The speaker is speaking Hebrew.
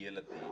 ילדים